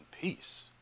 peace